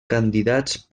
candidats